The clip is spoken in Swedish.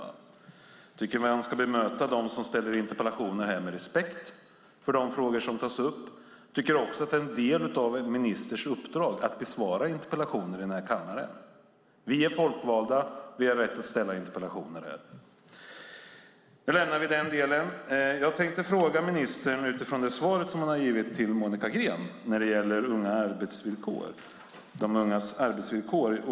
Jag tycker att man ska bemöta dem som ställer interpellationer med respekt för de frågor som tas upp. Jag tycker också att det är en del av en ministers uppdrag att besvara interpellationer i kammaren. Vi är folkvalda, och vi har rätt att ställa interpellationer här. Nu lämnar vi den delen. Jag tänkte fråga ministern utifrån det svar som hon har givit till Monica Green när det gäller de ungas arbetsvillkor.